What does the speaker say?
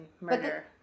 murder